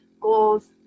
goals